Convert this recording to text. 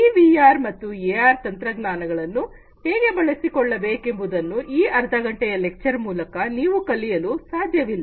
ಈ ವಿಆರ್ ಮತ್ತು ಎಆರ್ ತಂತ್ರಜ್ಞಾನಗಳನ್ನು ಹೇಗೆ ಬಳಸಿಕೊಳ್ಳಬೇಕೆಂಬುದನ್ನು ಈ ಅರ್ಧ ಘಂಟೆಯ ಉಪನ್ಯಾಸದ ಮೂಲಕ ನೀವು ಕಲಿಯಲು ಸಾಧ್ಯವಿಲ್ಲ